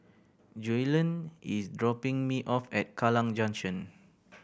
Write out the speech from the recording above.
Joellen is dropping me off at Kallang Junction